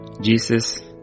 Jesus